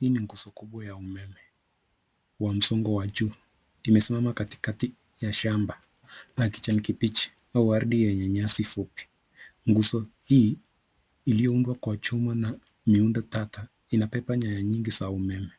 Hii ni nguzo kubwa ya umeme, wa msongo wa juu, imesimama katikati ya shamba, la kijani kibichi au waridi yenye nyasi fupi. Nguzo hii iliyoundwa kwa chuma na miundo tata, inabeba nyayo nyingi za umeme,